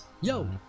Yo